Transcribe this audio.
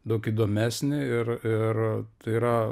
daug įdomesnį ir ir tai yra